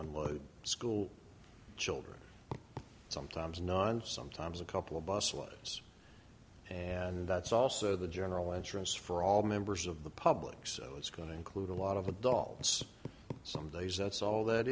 the school children sometimes not on sometimes a couple bus ones and that's also the general entrance for all members of the public so it's going to include a lot of adults some days that's all that